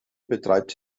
betreibt